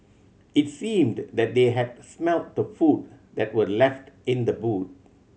it seemed that they had smelt the food that were left in the boot